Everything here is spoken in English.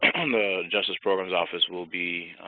the justice programs office will be